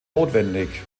notwendig